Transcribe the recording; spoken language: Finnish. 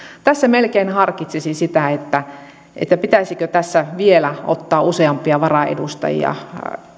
tässä melkein harkitsisin sitä pitäisikö tässä vielä ottaa useampia varaedustajia